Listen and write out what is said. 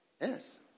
Yes